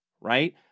Right